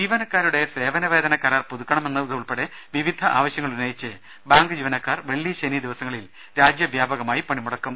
ജീവനക്കാരുടെ സേവന വേതന കരാർ പുതുക്കണമെന്നതുൾപ്പെടെ വിവിധ ആവ ശ്യങ്ങളുന്നയിച്ച് ബാങ്ക് ജീവനക്കാർ വെള്ളി ശനി ദിവസങ്ങളിൽ രാജ്യവ്യാ പകമായി പണിമുടക്കും